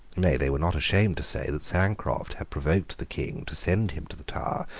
nay, they were not ashamed to say that sancroft had provoked the king to send him to the tower,